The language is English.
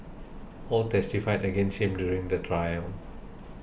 all testified against him during the trial